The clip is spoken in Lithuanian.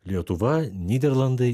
lietuva nyderlandai